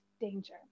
danger